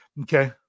Okay